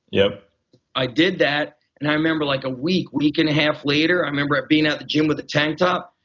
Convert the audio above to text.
yeah i did that and i remember like a week, week and a half later i remember being at the gym with a tank top,